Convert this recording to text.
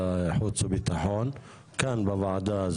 חוץ מהסברים לא אזרחיים